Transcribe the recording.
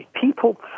people